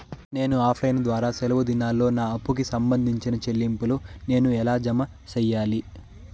నేను offline ద్వారా సెలవు దినాల్లో నా అప్పుకి సంబంధించిన చెల్లింపులు నేను ఎలా జామ సెయ్యాలి?